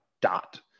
dot